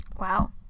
Wow